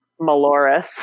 Maloris